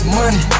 money